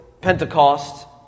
Pentecost